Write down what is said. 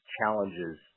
Challenges